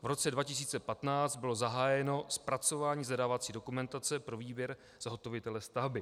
V roce 2015 bylo zahájeno zpracování zadávací dokumentace pro výběr zhotovitele stavby.